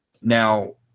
Now